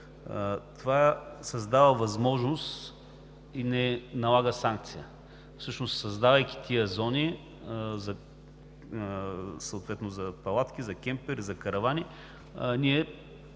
Това създава възможност и не се налага санкция. Всъщност, създавайки тези зони, съответно палатки, за кемпери, за каравани, ние